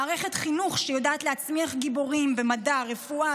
מערכת חינוך שיודעת להצמיח גיבורים במדע וברפואה,